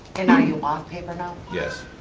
and are you off paper now? yes.